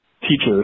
teachers